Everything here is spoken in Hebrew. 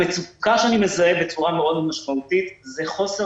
המצוקה שאני מזהה בצורה מאוד משמעותית זה חוסר